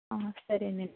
సరే అండి